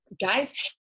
guys